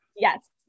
Yes